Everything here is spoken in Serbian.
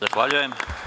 Zahvaljujem.